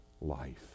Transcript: life